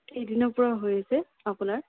কেইদিনৰপৰা হৈ আছে আপোনাৰ